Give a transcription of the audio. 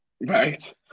Right